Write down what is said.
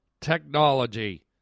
technology